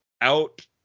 out